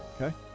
Okay